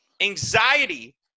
anxiety